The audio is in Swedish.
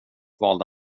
valde